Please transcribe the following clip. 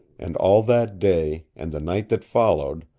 and all that day, and the night that followed,